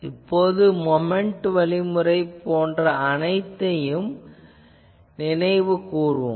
இப்போது மொமென்ட் வழிமுறை போன்ற அனைத்தையும் நினைவு கூர்வோம்